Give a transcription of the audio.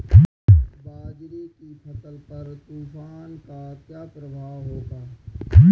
बाजरे की फसल पर तूफान का क्या प्रभाव होगा?